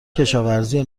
کشاورزی